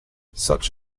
such